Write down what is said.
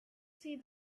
see